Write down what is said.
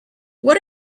what